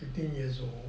fifteen years old